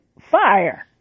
fire